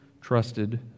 trusted